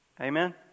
Amen